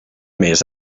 més